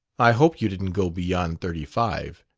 i hope you didn't go beyond thirty-five.